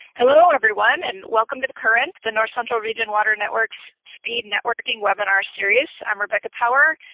hello, everyone, and welcome to the current, the north central region water network's speed networking webinar series. i'm rebecca power,